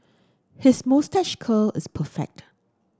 his moustache curl is perfect